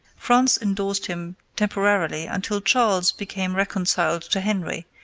france endorsed him temporarily until charles became reconciled to henry,